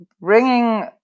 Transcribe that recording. bringing